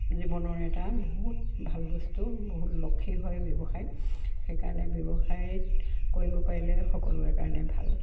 জীৱনৰ এটা বহুত ভাল বস্তু বহুত লক্ষী হয় ব্যৱসায় সেইকাৰণে ব্যৱসায়ত কৰিব পাৰিলে সকলোৰে কাৰণে ভাল